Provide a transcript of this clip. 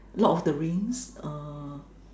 Lord of The Rings uh